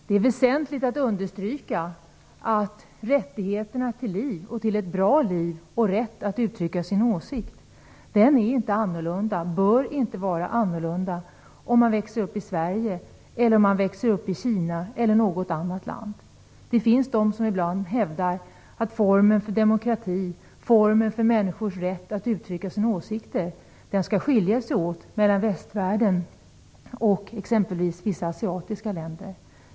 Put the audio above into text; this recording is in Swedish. Det är väsentligt att understryka att rättigheterna till liv, till ett bra liv och till att uttrycka sin åsikt inte är - och bör inte vara - annorlunda om man växer upp i Sverige jämfört med om man växer upp i Kina eller i något annat land. Det finns de som ibland hävdar att formen för demokrati och formen för människors rätt att uttrycka sina åsikter skall skilja sig åt mellan västvärlden och exempelvis vissa asiatiska länder.